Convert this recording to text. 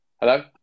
Hello